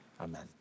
amen